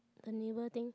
the neighbour thing